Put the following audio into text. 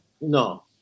No